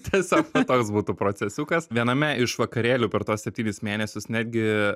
tiesiog va toks būtų procesiukas viename iš vakarėlių per tuos septynis mėnesius netgi